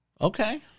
Okay